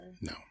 no